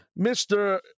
Mr